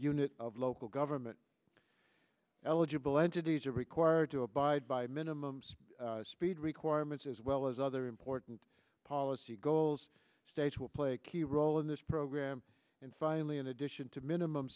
unit of local government eligible entities are required to abide by minimum speed requirements as well as other important policy goals states will play a key role in this program and finally in addition to minimum